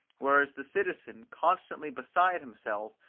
whereas the citizen, constantly beside himself,